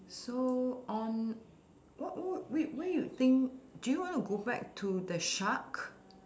so on what what whe~ where you think do you want to go back to the shark